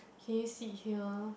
can you sit here